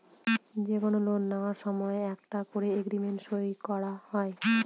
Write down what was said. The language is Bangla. যে কোনো লোন নেওয়ার সময় একটা করে এগ্রিমেন্ট সই করা হয়